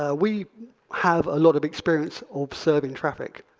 ah we have a lot of experience observing traffic.